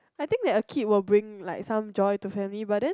I think that a kid will bring like some joy to family but then